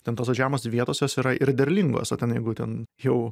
ten tos va žemos vietos jos yra ir derlingos o ten jeigu ten jau